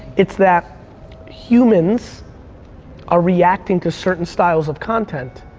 it's that humans are reacting to certain styles of content,